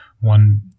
One